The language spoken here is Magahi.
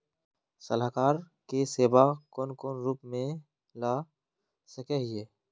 सलाहकार के सेवा कौन कौन रूप में ला सके हिये?